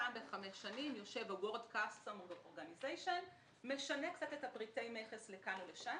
פעם בחמש שנים יושב האורגניזיישן ומשנים קצת את פריטי המכס לכאן ולשם.